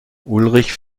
ulrich